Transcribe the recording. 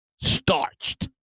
Starched